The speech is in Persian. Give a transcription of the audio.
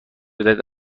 بدهید